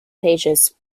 pages